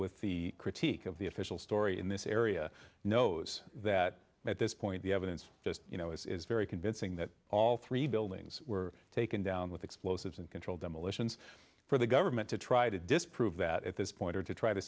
with the critique of the official story in this area knows that at this point the evidence just you know is very convincing that all three buildings were taken down with explosives and controlled demolitions for the government to try to disprove that at this point or to try to